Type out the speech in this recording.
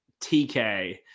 TK